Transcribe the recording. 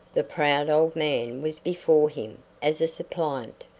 the proud old man was before him as a suppliant,